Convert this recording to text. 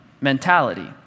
mentality